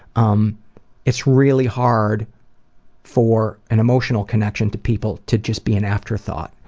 um it's really hard for an emotional connection to people to just be an afterthought.